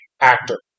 actor